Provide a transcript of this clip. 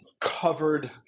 covered